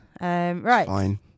Right